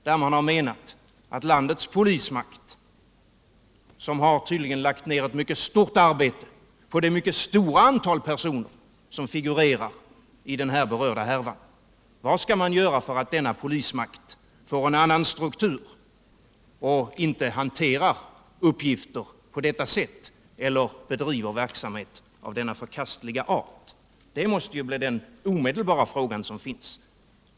Vad skall man göra för att landets polismakt, som tydligen har lagt ner ett mycket omfattande arbete på det mycket stora antal personer som figurerar i den här berörda härvan, får en annan struktur och inte hanterar uppgifter på detta sätt eller bedriver verksamhet av denna förkastliga art? Detta måste bli de omedelbara frågorna.